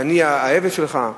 ואני העבד שלך,